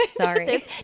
Sorry